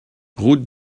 route